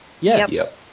Yes